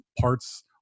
parts